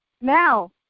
now